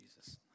Jesus